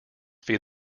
feed